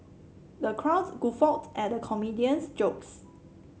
the crowd guffawed at the comedian's jokes